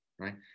right